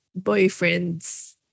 boyfriends